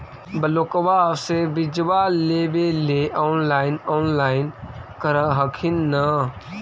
ब्लोक्बा से बिजबा लेबेले ऑनलाइन ऑनलाईन कर हखिन न?